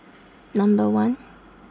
Number one